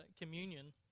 communion